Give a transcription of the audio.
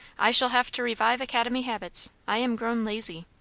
i shall have to revive academy habits. i am grown lazy.